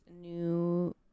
new